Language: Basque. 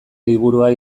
liburua